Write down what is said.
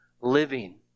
living